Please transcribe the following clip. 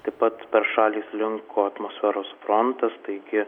taip pat per šalį slinko atmosferos frontas taigi